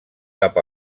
cap